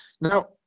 Now